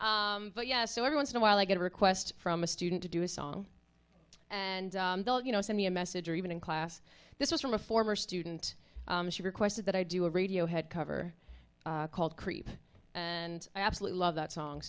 o but yes so every once in a while i get a request from a student to do a song and they'll you know send me a message or even in class this was from a former student she requested that i do a radiohead cover called creep and i absolutely love that song